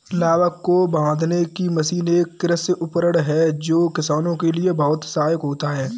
लावक को बांधने की मशीन एक कृषि उपकरण है जो किसानों के लिए बहुत सहायक होता है